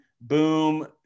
boom